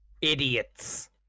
Idiots